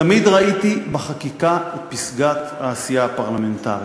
תמיד ראיתי בחקיקה את פסגת העשייה הפרלמנטרית.